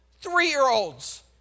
three-year-olds